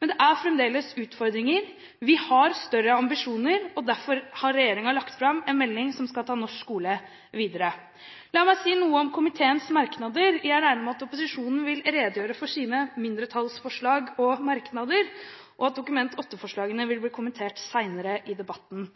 Men det er fremdeles utfordringer. Vi har større ambisjoner, og derfor har regjeringen lagt fram en melding som skal ta norsk skole videre. La meg si noe om komiteens merknader. Jeg regner med at opposisjonen vil redegjøre for sine mindretallsforslag og merknader, og at Dokument 8-forslagene vil bli kommentert senere i debatten.